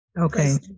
Okay